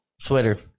sweater